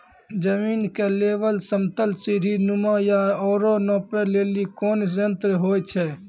जमीन के लेवल समतल सीढी नुमा या औरो नापै लेली कोन यंत्र होय छै?